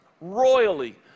royally